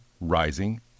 rising